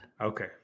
Okay